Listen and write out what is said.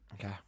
Okay